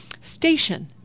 station